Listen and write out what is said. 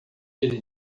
ele